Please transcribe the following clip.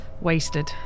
wasted